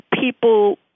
people